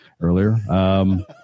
earlier